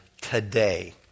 today